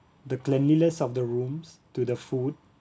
the cleanliness of the rooms to the food